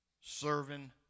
serving